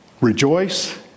rejoice